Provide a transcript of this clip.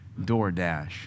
DoorDash